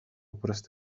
prest